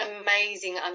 amazing